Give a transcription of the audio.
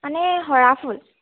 মানে সৰা ফুল